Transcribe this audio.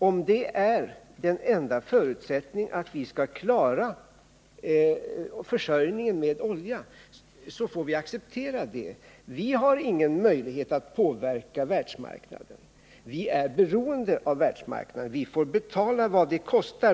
Om detta är det enda sättet att klara oljeförsörjningen så får vi acceptera det. Vi har ingen möjlighet att påverka världsmarknaden utan är beroende av den. Vi får betala vad det kostar.